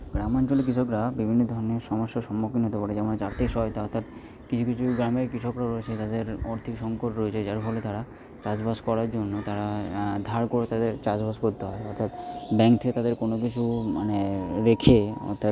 গ্রামাঞ্চলের কৃষকরা বিভিন্ন ধরনের সমস্যার সম্মুখীন হতে পারে যেমন হচ্ছে আর্থিক সহায়তা অর্থাৎ কিছু কিছু গ্রামের কৃষকরা রয়েছে যাদের অর্থের সংকট রয়েছে যার ফলে তারা চাষবাস করার জন্য তারা ধার করে তাদের চাষবাস করতে হয় অর্থাৎ ব্যাংক থেকে তাদের কোনো কিছু মানে রেখে অর্থাৎ